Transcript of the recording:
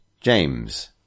James